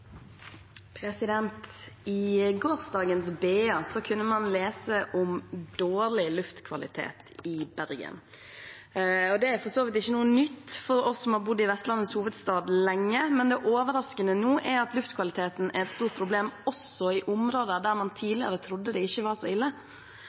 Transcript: I gårsdagens BA kunne man lese om dårlig luftkvalitet i Bergen. Det er for så vidt ikke noe nytt for oss som har bodd i Vestlandets hovedstad lenge, men det overraskende nå er at luftkvaliteten er et stort problem også i områder der man